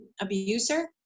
abuser